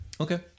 Okay